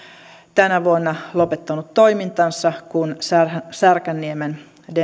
tänä vuonna lopettanut toimintansa kun särkänniemen